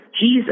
Jesus